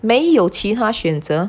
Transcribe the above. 没有其他选择